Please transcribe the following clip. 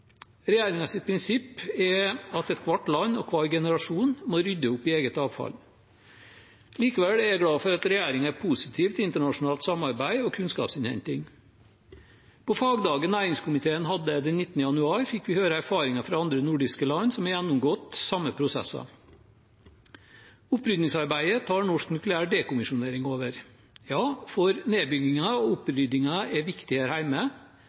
prinsipp er at ethvert land og enhver generasjon må rydde opp i eget avfall. Likevel er jeg glad for at regjeringen er positiv til internasjonalt samarbeid og kunnskapsinnhenting. På fagdagen næringskomiteen hadde den 19. januar, fikk vi høre erfaringer fra andre nordiske land som har gjennomgått de samme prosessene. Opprydningsarbeidet tar Norsk nukleær dekommisjonering over. Nedbyggingen og opprydningen er viktig her